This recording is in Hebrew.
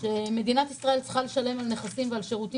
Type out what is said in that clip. שמדינת ישראל צריכה לשלם עבור שירותים